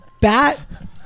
bat